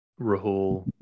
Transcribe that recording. Rahul